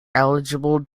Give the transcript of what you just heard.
eligible